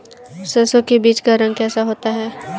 सरसों के बीज का रंग कैसा होता है?